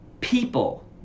people